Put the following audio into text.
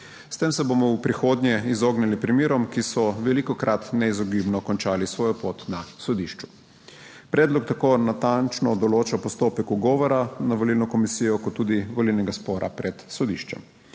S tem se bomo v prihodnje izognili primerom, ki so velikokrat neizogibno končali svojo pot na sodišču. Predlog tako natančno določa postopek ugovora na volilno komisijo kot tudi volilnega spora pred sodiščem.